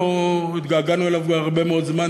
אנחנו התגעגענו אליו הרבה מאוד זמן,